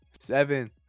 seven